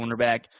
cornerback